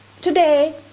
Today